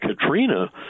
Katrina